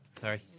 sorry